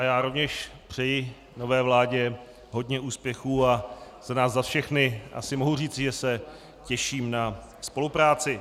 Já rovněž přeji nové vládě hodně úspěchů a za nás za všechny asi mohu říci, že se těším na spolupráci.